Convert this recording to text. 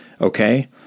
Okay